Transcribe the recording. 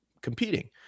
competing